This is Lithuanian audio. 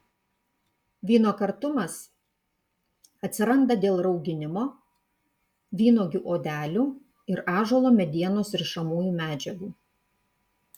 vyno kartumas atsiranda dėl rauginimo vynuogių odelių ir ąžuolo medienos rišamųjų medžiagų